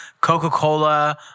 Coca-Cola